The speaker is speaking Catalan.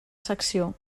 secció